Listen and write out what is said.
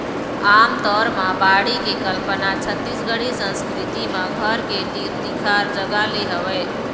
आमतौर म बाड़ी के कल्पना छत्तीसगढ़ी संस्कृति म घर के तीर तिखार जगा ले हवय